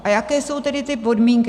A jaké jsou tedy ty podmínky.